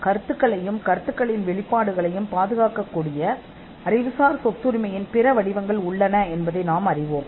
அறிவுசார் சொத்துரிமைகளின் பிற வடிவங்கள் உள்ளன அவை கருத்துக்களையும் கருத்துக்களின் வெளிப்பாடுகளையும் பாதுகாக்கின்றன என்பதை நாங்கள் அறிவோம்